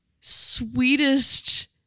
sweetest